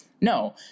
No